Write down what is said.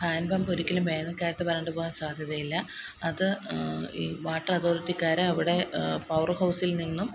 hand pump ഒരിക്കലും വേനല്ക്കാലത്ത് വരണ്ട് പോവാന് സാധ്യതയില്ല അത് ഈ വാട്ടര് അതോറിട്ടിക്കാർ അവിടെ പവര് ഹൗസ്സില് നിന്നും